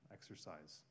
Exercise